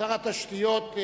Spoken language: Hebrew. שר התשתיות